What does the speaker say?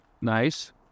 nice